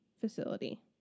facility